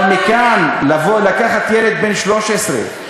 אבל מכאן לבוא ולקחת ילד בן 13,